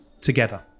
together